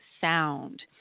sound